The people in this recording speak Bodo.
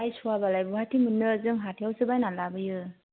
बायस'आबालाय बहाथो मोन्नो जों हाथाइयावसो बायनानै लाबोयो